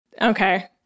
Okay